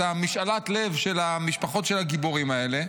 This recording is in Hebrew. את משאלת הלב של המשפחות של הגיבורים האלה,